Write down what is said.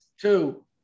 Two